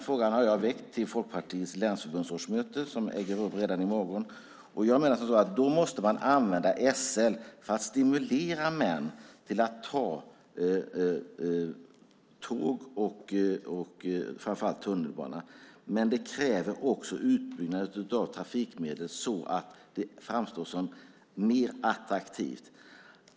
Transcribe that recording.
Jag har väckt frågan till Folkpartiets länsförbundsårsmöte som äger rum redan i morgon. Man måste använda SL för att stimulera män att ta tunnelbana och tåg, men det krävs också utbyggnad av trafikmedel så att det framstår som mer attraktivt.